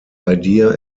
idea